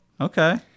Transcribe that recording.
Okay